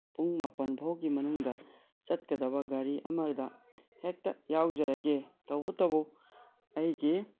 ꯄꯨꯡ ꯃꯥꯄꯜ ꯐꯥꯎꯕꯒꯤ ꯃꯅꯨꯡꯗ ꯆꯠꯀꯗꯕ ꯒꯥꯔꯤ ꯑꯃꯗ ꯍꯦꯛꯇ ꯌꯥꯎꯖꯔꯒꯦ ꯇꯧꯕꯇꯕꯨ ꯑꯩꯒꯤ